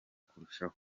kurushaho